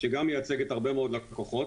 שגם מייצגת הרבה מאוד לקוחות.